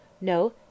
No